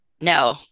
no